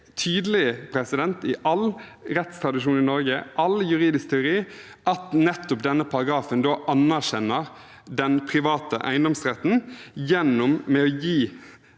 tydelig i all rettstradisjon i Norge, all juridisk teori, at nettopp denne paragrafen anerkjenner den private eiendomsretten gjennom å gi